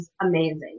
amazing